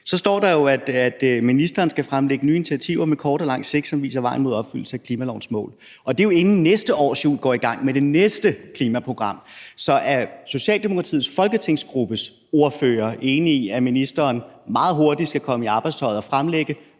Så står der jo også, at ministeren skal fremlægge nye initiativer med kort og lang sigt, som viser vejen mod en opfyldelse af klimalovens mål, og det er jo, inden næste års hjul går i gang med det næste klimaprogram. Så er Socialdemokratiets folketingsgruppes ordfører enig i, at ministeren meget hurtigt skal komme i arbejdstøjet og fremlægge